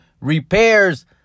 repairs